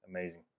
amazing